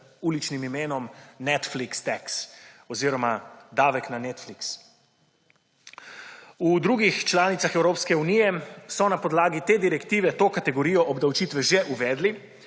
uličnim imenom Netflix tax oziroma davek na Netflix. V drugih članicah Evropske unije so na podlagi te direktive to kategorijo obdavčitve že uvedli